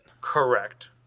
Correct